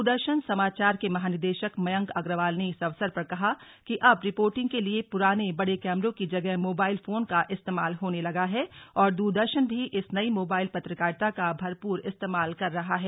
दूरदर्शन समाचार के महानिदेशक मयंक अग्रवाल ने इस अवसर पर कहा कि अब रिपोर्टिंग के लिए पुराने बड़े कैमरों की जगह मोबाइल फोन का इस्तेमाल होने लगा है और दूरदर्शन भी इस नई मोबाइल पत्रकारिता का भरपूर इस्तेमाल कर रहा है